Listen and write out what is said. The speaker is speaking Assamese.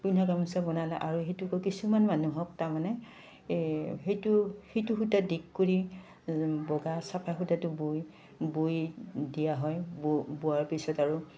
পিন্ধা গামোচা বনালে আৰু সেইটোক কিছুমান মানুহক তাৰমানে সেইটো সেইটো সূতা দিগ কৰি বগা চাকা সূতাটো বৈ বৈ দিয়া হয় ব বোৱাৰ পিছত আৰু